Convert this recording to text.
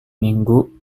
minggu